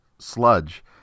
sludge